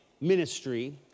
ministry